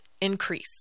increase